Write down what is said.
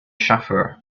chauffeur